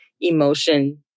emotion